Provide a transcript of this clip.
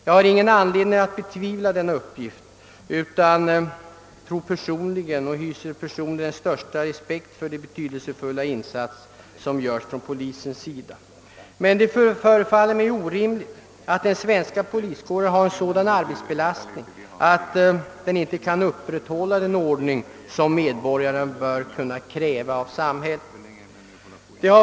Jag har ingen anledning att betvivla den uppgiften. Jag hyser personligen den största respekt för de betydelsefulla insatser som göres från polisens sida. Men det förefaller mig orimligt att den svenska poliskåren skall vara så arbetsbelastad att den inte kan upprätthålla den ordning som medborgaren bör kunna kräva av samhället.